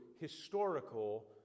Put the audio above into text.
historical